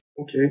Okay